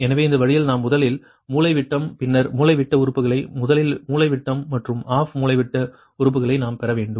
எனவே இந்த வழியில் நாம் முதலில் மூலைவிட்டம் பின்னர் மூலைவிட்ட உறுப்புகளை முதலில் மூலைவிட்டம் மற்றும் ஆஃப் மூலைவிட்ட உறுப்புகளை நாம் பெற வேண்டும்